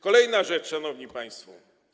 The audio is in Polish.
Kolejna rzecz, szanowni państwo.